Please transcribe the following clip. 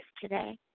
today